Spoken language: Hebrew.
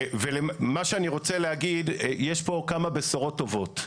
מה שאני רוצה להגיד, יש פה כמה בשורות טובות.